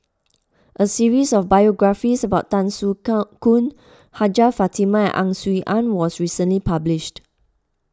a series of biographies about Tan Soo Khoon Hajjah Fatimah and Ang Swee Aun was recently published